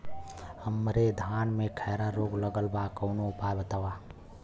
हमरे धान में खैरा रोग लगल बा कवनो उपाय बतावा?